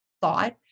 thought